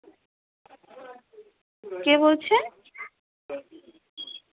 কে বলছেন